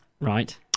right